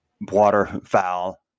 Waterfowl